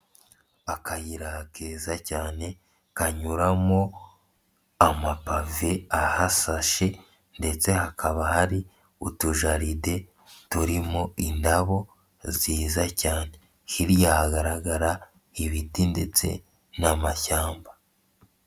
Akayira keza cyane kanyuramo amapave ahasashe ndetse hakaba hari utujaride turimo indabo nziza cyane hiya hagaragara ibiti ndetse n'amashyamba.